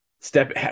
step